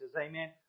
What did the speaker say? amen